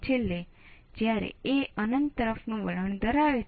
તેથી આ op amp છે